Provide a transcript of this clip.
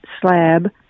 slab